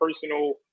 personal